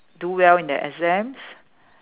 do well in their exams